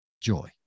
joy